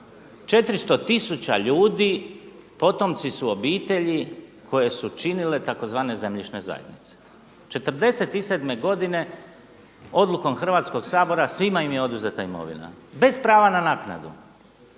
400 tisuća ljudi potomci su obitelji koje su činile tzv. zemljišne zajednice, '47. godine odlukom Hrvatskoga sabora svima im je oduzeta imovina bez prava na naknadu.